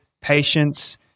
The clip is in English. patience